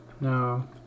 No